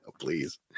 please